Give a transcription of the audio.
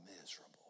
miserable